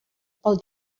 pel